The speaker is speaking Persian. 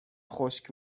خشک